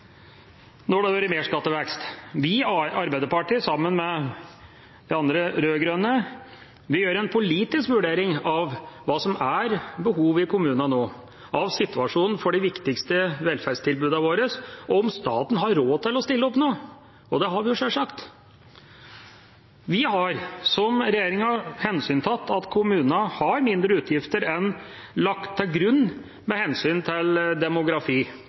når det har vært mer skattevekst. Men vi i Arbeiderpartiet, sammen med de andre rød-grønne, gjør en politisk vurdering av hva som er behovet i kommunene nå, av situasjonen for de viktigste velferdstilbudene våre og om staten har råd til å stille opp nå. Det har den sjølsagt. Vi har, som regjeringa, tatt hensyn til at kommunene har mindre utgifter enn det som er lagt til grunn med hensyn til demografi,